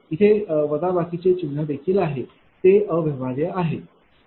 इथे वजाबाकीचे चिन्हदेखील आहे ते अव्यवहार्य आहे बरोबर